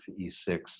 E6